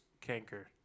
canker